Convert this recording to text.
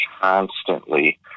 constantly